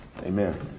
Amen